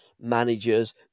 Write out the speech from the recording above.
managers